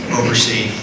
oversee